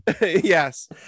yes